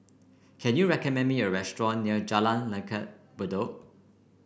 can you recommend me a restaurant near Jalan Langgar Bedok